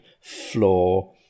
floor